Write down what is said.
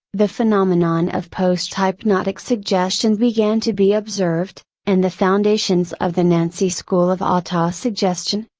the phenomenon of posthypnotic suggestion began to be observed, and the foundations of the nancy school of autosuggestion,